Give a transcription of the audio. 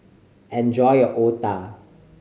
enjoy your otah